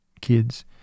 kids